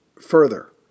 further